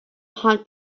harm